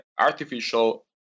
artificial